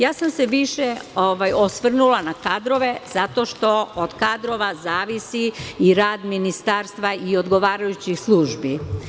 Više sam se osvrnula na kadrove, zato što od kadrova zavisi i rad ministarstva i odgovarajućih službi.